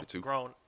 grown